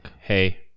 Hey